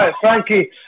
Frankie